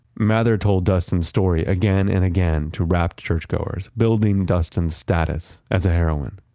mather told duston's story again and again to rapt church goers. building duston's status as a heroine.